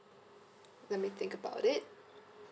let me think about it